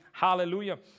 Hallelujah